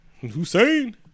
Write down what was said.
Hussein